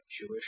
Jewish